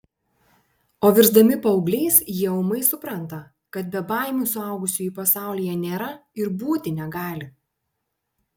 o virsdami paaugliais jie ūmai supranta kad bebaimių suaugusiųjų pasaulyje nėra ir būti negali